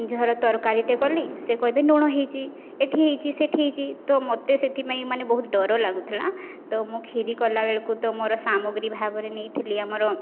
ଧର ତରକାରୀଟେ କଲି ସେ କହିବେ ଲୁଣ ହେଇଛି ଏଠି ହେଇଛି ସେଠି ହେଇଛି ତ ମୋତେ ସେଥିପାଇଁ ମାନେ ବହୁତ ଡର ଲାଗୁଥିଲା ତ ମୁଁ କ୍ଷୀରି କଲାବେଳକୁ ତ ମୋର ସାମଗ୍ରୀ ଭାବରେ ନେଇଥିଲି ଆମର